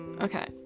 Okay